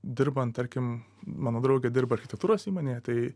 dirbant tarkim mano draugė dirba architektūros įmonėje tai